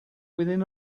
within